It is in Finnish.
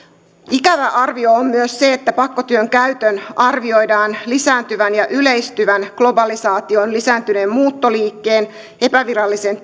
ikävä arvio on myös se että pakkotyön käytön arvioidaan lisääntyvän ja yleistyvän globalisaation lisääntyneen muuttoliikkeen epävirallisen